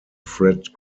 fred